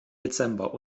dezember